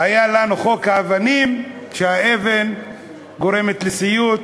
היה לנו חוק האבנים, שהאבן גורמת לסיוט,